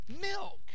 milk